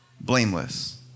blameless